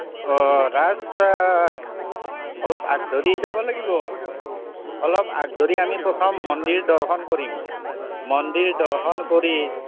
অ' ৰাজ অলপ আগ ধৰি যাব লাগিব অলপ আগ ধৰি আমি প্ৰথম মন্দিৰ দৰ্শন কৰিম মন্দিৰ দৰ্শন কৰি